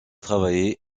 travaillé